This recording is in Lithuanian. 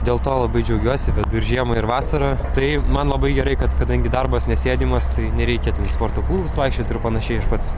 dėl to labai džiaugiuosi vedu ir žiemą ir vasarą tai man labai gerai kad kadangi darbas nesėdimas tai nereikia ten į sporto klubus vaikščiot ir panašiai aš pats